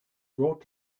brought